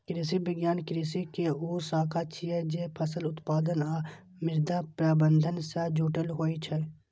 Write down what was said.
कृषि विज्ञान कृषि के ऊ शाखा छियै, जे फसल उत्पादन आ मृदा प्रबंधन सं जुड़ल होइ छै